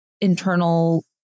internal